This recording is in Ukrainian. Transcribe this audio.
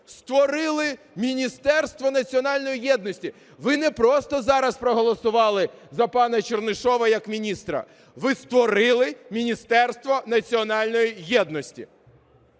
Створили Міністерство національної єдності. Ви не просто зараз проголосували за пана Чернишова як міністра, ви створили Міністерство національної єдності.